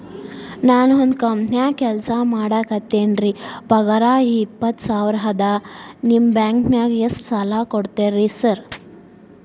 ನಾನ ಒಂದ್ ಕಂಪನ್ಯಾಗ ಕೆಲ್ಸ ಮಾಡಾಕತೇನಿರಿ ಪಗಾರ ಇಪ್ಪತ್ತ ಸಾವಿರ ಅದಾ ನಿಮ್ಮ ಬ್ಯಾಂಕಿನಾಗ ಎಷ್ಟ ಸಾಲ ಕೊಡ್ತೇರಿ ಸಾರ್?